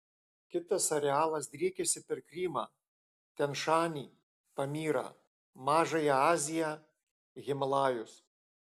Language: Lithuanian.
kitas arealas driekiasi per krymą tian šanį pamyrą mažąją aziją himalajus